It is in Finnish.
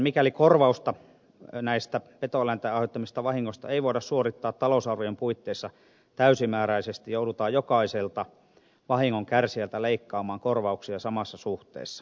mikäli korvausta petoeläinten aiheuttamista vahingoista ei voida suorittaa talousarvion puitteissa täysimääräisesti joudutaan jokaiselta vahingon kärsijältä leikkaamaan korvauksia samassa suhteessa